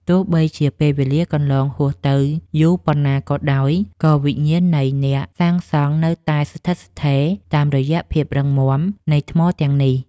ទោះបីជាពេលវេលាកន្លងហួសទៅយូរប៉ុណ្ណាក៏ដោយ ក៏វិញ្ញាណនៃអ្នកសាងសង់នៅតែស្ថិតស្ថេរតាមរយៈភាពរឹងមាំនៃថ្មទាំងនេះ។